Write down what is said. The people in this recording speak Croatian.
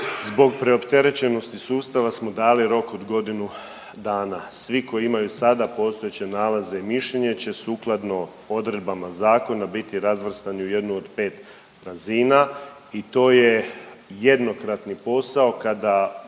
zbog preopterećenosti sustava smo dali rok od godinu dana. Svi koji imaju sada postojeće nalaze i mišljenje će sukladno odredbama zakona biti razvrstani u jednu od 5 razina i to je jednokratni posao. Kada